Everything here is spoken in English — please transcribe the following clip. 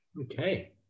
Okay